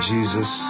Jesus